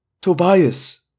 Tobias